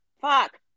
fuck